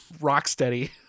Rocksteady